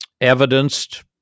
Evidenced